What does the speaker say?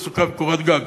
תעסוקה וקורת גג.